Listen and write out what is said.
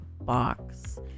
Box